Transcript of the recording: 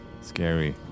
Scary